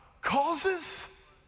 causes